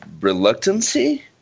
reluctancy